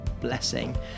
blessing